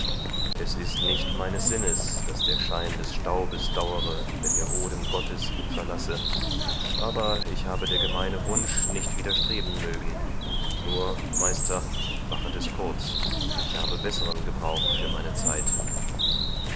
es ist nicht meines sinnes daß der schein des staubes dauere wenn der odem gottes ihn verlassen aber ich habe der gemeine wunsch nicht widerstreben mögen nur meister machet es kurz ich habe besseren gebrauch für meine zeit